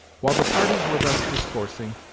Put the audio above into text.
while the parties were thus discoursing,